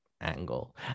angle